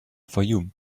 fayoum